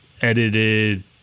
edited